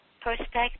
perspective